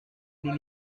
nous